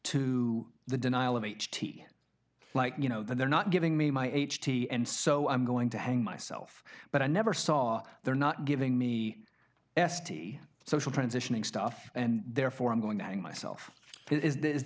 to the denial m h t like you know they're not giving me my h t and so i'm going to hang myself but i never saw they're not giving me s t social transitioning stuff and therefore i'm going to hang myself is